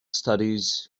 studies